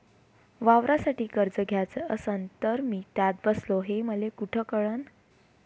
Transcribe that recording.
वावरासाठी कर्ज घ्याचं असन तर मी त्यात बसतो हे मले कुठ कळन?